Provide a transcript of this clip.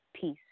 peace